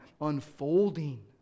unfolding